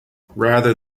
rather